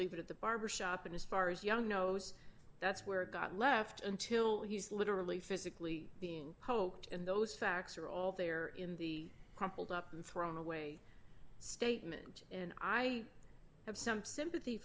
leave it at the barbershop and as far as young knows that's where it got left until he's literally physically being poked and those facts are all there in the crumpled up and thrown away statement and i have some sympathy